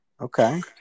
Okay